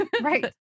right